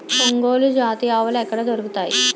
ఒంగోలు జాతి ఆవులు ఎక్కడ దొరుకుతాయి?